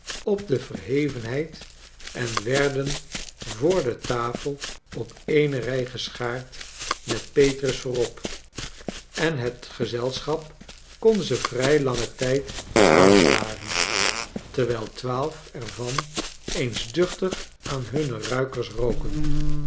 op de verhevenheid en werden voor de tafel op eene rij geschaard met petrus voorop en het gezelschap kon ze vrij langen tijd aanstaren terwijl twaalf er van eens duchtig aan hunne ruikers roken